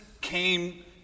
came